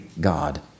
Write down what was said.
God